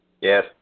Yes